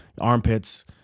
armpits